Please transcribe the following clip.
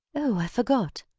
oh, i forgot.